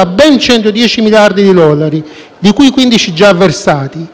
a ben 110 miliardi di dollari, di cui 15 già versati.